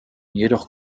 jedoch